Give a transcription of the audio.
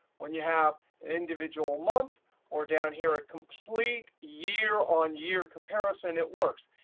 when you have an individual month or down here a complete year on year comparison, it works.